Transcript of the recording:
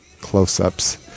close-ups